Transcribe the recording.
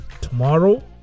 tomorrow